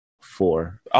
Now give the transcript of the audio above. four